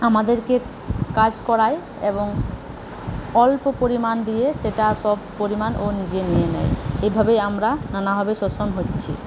আমাদেরকে কাজ করায় এবং অল্প পরিমাণ দিয়ে সেটা সব পরিমাণ ও নিজে নিয়ে নেয় এভাবেই আমরা নানাভাবে শোষণ হচ্ছি